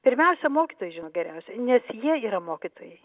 pirmiausia mokytojai žino geriausiai nes jie yra mokytojai